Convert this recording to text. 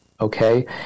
Okay